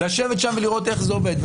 לשבת שם ולראות איך זה עובד.